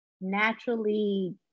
naturally